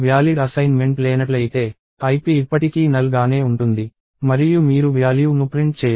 valid assignment లేనట్లయితే ip ఇప్పటికీ null గానే ఉంటుంది మరియు మీరు వ్యాల్యూ ను ప్రింట్ చెయ్యరు